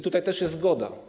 Tutaj też jest zgoda.